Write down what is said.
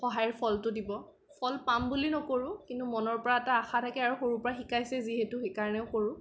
সহায়ৰ ফলটো দিব ফল পাম বুলি নকৰোঁ কিন্তু মনৰ পৰা এটা আশা থাকে আৰু সৰুৰ পৰা শিকাইছে যিহেতু সেইকাৰণেও কৰোঁ